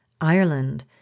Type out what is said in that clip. Ireland